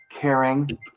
caring